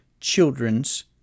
children's